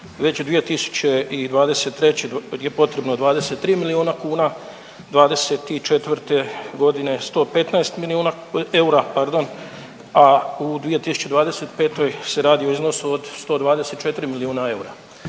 već 2023. je potrebno 23 milijuna kuna, '24.g. 115 milijuna eura pardon, a u 2025. se radi o iznosu od 124 milijuna eura.